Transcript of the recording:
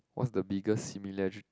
what's the biggest similar~